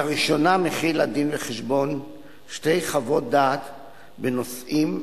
לראשונה מכיל הדין-וחשבון שתי חוות דעת בנושאים: